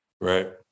right